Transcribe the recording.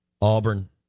Auburn